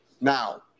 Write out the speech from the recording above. Now